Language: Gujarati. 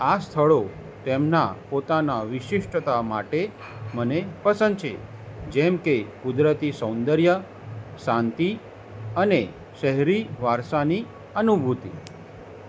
આ સ્થળો તેમના પોતાના વિશિષ્ટ્તા માટે મને પસંદ છે જેમકે કુદરતી સૌંદર્ય શાંતિ અને શહેરી વારસાની અનુભૂતિ